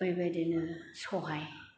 बेबायदिनो सहाय